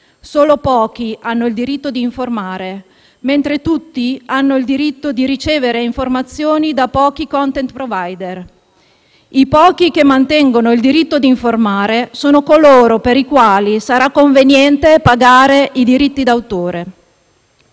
solo pochi hanno il diritto di informare, mentre tutti hanno il diritto di ricevere informazioni, da pochi *content provider*. I pochi che mantengono il diritto di informare sono coloro per i quali sarà conveniente pagarne i diritti d'autore.